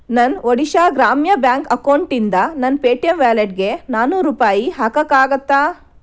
ನನ್ನ ಒಡಿಶಾ ಗ್ರಾಮ್ಯ ಬ್ಯಾಂಕ್ ಅಕೌಂಟಿಂದ ನನ್ನ ಪೇಟಿಎಮ್ ವ್ಯಾಲೆಟ್ಗೆ ನಾನ್ನೂರು ರೂಪಾಯಿ ಹಾಕೋಕ್ಕಾಗತ್ತಾ